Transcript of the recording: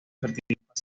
fertilidad